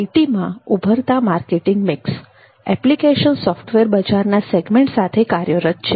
આઇટીમાં ઉભરતા marketing mix application software બજારના segment સાથે કાર્યરત છે